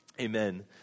Amen